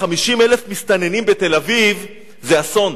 50,000 מסתננים בתל-אביב זה אסון,